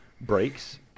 breaks